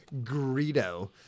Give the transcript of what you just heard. Greedo